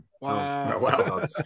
Wow